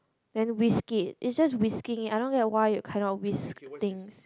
then whisk it it just whisking it I don't get it why you cannot whisk things